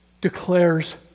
declares